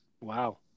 Wow